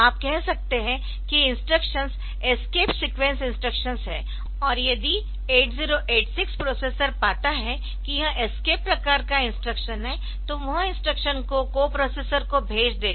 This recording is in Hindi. आप कह सकते है कि इंस्ट्रक्शंस एस्केप सीक्वेंस इंस्ट्रक्शंस है और यदि 8086 प्रोसेसर पाता है कि यह एस्केप प्रकार का इंस्ट्रक्शन है तो वह इंस्ट्रक्शन को कोप्रोसेसर को भेज देगा